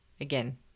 Again